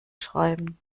schreiben